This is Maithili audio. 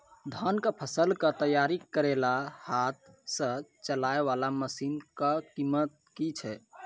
धान कऽ फसल कऽ तैयारी करेला हाथ सऽ चलाय वाला मसीन कऽ कीमत की छै?